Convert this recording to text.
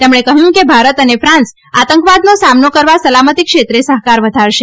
તેમણે કહ્યું કે ભારત અને ક્રાન્સ આતંકવાદનો સામનો કરવા સલામતી ક્ષેત્રે સહકાર વધારશે